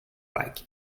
like